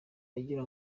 agira